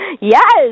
Yes